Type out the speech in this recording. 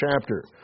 chapter